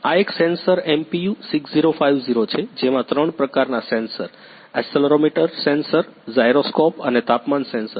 આ એક sensor MPU 6050 છે જેમાં ત્રણ પ્રકારના સેન્સર એક્સેલેરોમીટર સેન્સર જાયરોસ્કોપ અને તાપમાન સેન્સર છે